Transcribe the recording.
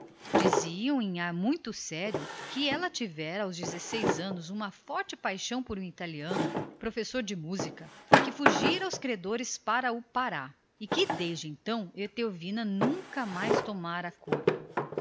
diziam em ar muito sério que ela tivera aos dezesseis anos uma formidável paixão por um italiano professor de canto o qual fugira aos credores para o pará e que desde então etelvina nunca mais tomara corpo